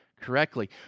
correctly